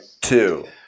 two